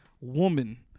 woman